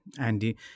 Andy